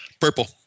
Purple